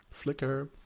Flickr